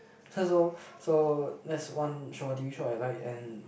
so so there's one show t_v show I like and